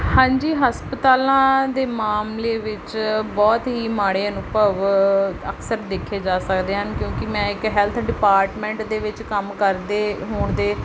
ਹਾਂਜੀ ਹਸਪਤਾਲਾਂ ਦੇ ਮਾਮਲੇ ਵਿੱਚ ਬਹੁਤ ਹੀ ਮਾੜੇ ਅਨੁਭਵ ਅਕਸਰ ਦੇਖੇ ਜਾ ਸਕਦੇ ਹਨ ਕਿਉਂਕਿ ਮੈਂ ਇੱਕ ਹੈਲਥ ਡਿਪਾਰਟਮੈਂਟ ਦੇ ਵਿੱਚ ਕੰਮ ਕਰਦੇ ਹੋਣ ਦੇ